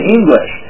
English